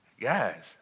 Guys